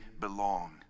belong